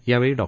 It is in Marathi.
यावेळी डॉ